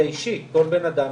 זה אישי, כל בנאדם,